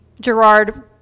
Gerard